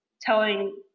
telling